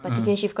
mm